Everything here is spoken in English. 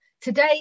Today